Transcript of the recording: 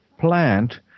plant